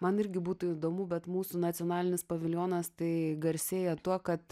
man irgi būtų įdomu bet mūsų nacionalinis paviljonas tai garsėja tuo kad